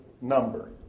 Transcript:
number